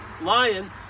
lion